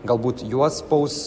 galbūt juos spaus